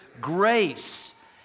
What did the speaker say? grace